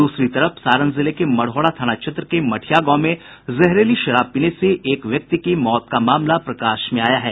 दूसरी तरफ सारण जिले के मढ़ौरा थाना क्षेत्र के मठिया गांव में जहरीली शराब पीने से एक व्यक्ति की मौत का मामला प्रकाश में आया है